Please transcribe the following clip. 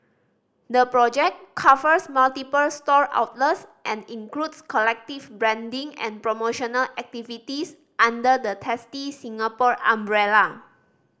the project covers multiple store outlets and includes collective branding and promotional activities under the Tasty Singapore umbrella